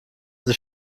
sich